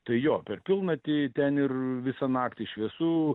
tai jo per pilnatį ten ir visą naktį šviesu